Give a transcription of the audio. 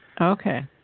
Okay